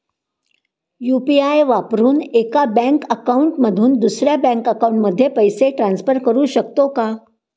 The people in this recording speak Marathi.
यु.पी.आय वापरून एका बँक अकाउंट मधून दुसऱ्या बँक अकाउंटमध्ये पैसे ट्रान्सफर करू शकतो का?